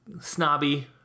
snobby